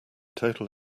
total